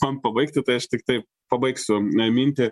man pabaigti tai aš tiktai pabaigsiu mintį